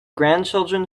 grandchildren